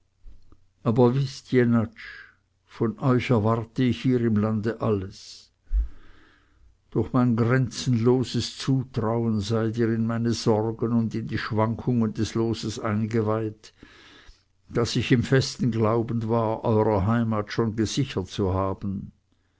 aber wißt jenatsch von euch erwarte ich hier im lande alles durch mein grenzenloses zutrauen seid ihr in meine sorgen und in die schwankungen des loses eingeweiht das ich im festen glauben war eurer heimat schon gesichert zu haben